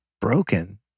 broken